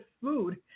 food